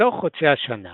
מחזור חודשי השנה